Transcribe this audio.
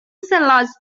cellars